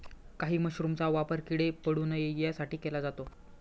काही मशरूमचा वापर किडे पडू नये यासाठी केला जातो